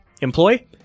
employ